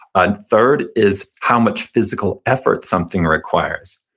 ah third is how much physical effort something requires.